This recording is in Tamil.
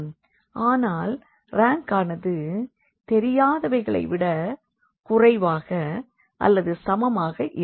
ஆனால் ரேங்க்கானது தெரியாதவைகளைவிட குறைவாக அல்லது சமமாக இருக்கும்